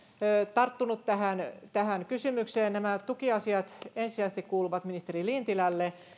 tarttunut tähän tähän kysymykseen nämä tukiasiat ensisijaisesti kuuluvat ministeri lintilälle